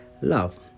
love